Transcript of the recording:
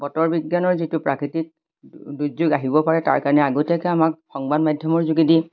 বতৰ বিজ্ঞানৰ যিটো প্ৰাকৃতিক দুৰ্যোগ আহিব পাৰে তাৰ কাৰণে আগতীয়াকৈ আমাক সংবাদ মাধ্যমৰ যোগেদি